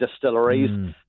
distilleries